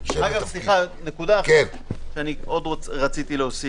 אחרונה שרציתי להוסיף.